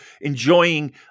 enjoying